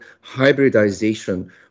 hybridization